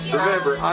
Remember